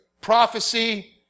prophecy